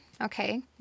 okay